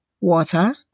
Water